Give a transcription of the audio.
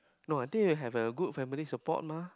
no I think you have a good family support mah